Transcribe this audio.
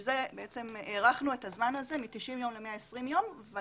לכן הארכנו את הזמן הזה מ-90 ימים ל-120 ימים אבל